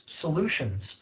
solutions